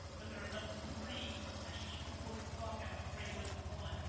but they're a number three and should support the fuck out of a great number one.